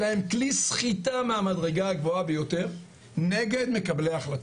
אלא הם כלי סחיטה מהמדרגה הגבוהה ביותר נגד מקבלי ההחלטות.